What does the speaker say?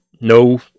no